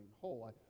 whole